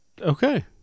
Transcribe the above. Okay